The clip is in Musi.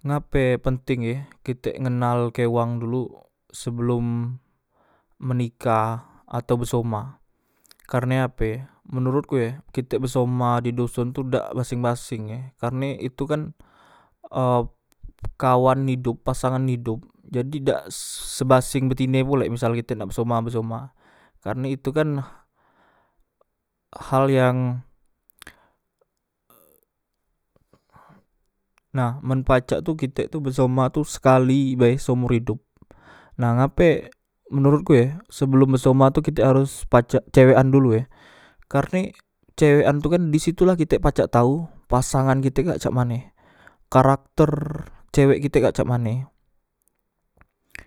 Ngape penteng e kitek ngenalke wang dulu sebelom menikah atau besoma karne ape menurutku e kitek besoma di doson tu dak baseng baseng e karne itukan e kawan idop pasangan idop jadi dak sebasange betine pulek misal kite nak besoma besoma karne itu kan hal yang nah men pacak tu kitek besoma tu sekali bae seomor idop nah ngape menurutku e sebelom besoma tu kitek haros pacak cewekan dulu e karne cewekan tu kan disitula kitek pacak tau pasangan kitek kak cak mane karakter cewek kite kak cak mane